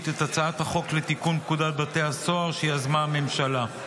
את הצעת החוק לתיקון פקודת בתי הסוהר שיזמה הממשלה.